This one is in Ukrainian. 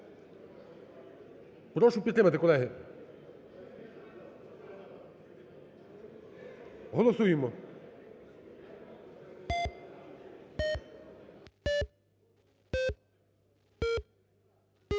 Прошу підтримати, колеги. Голосуємо.